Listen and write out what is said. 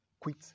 Quit